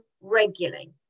regularly